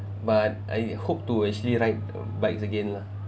but I hope to actually ride bikes again lah